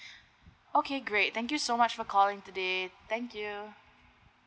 okay great thank you so much for calling today thank you